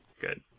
Good